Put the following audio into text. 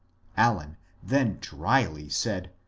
allen then drily said,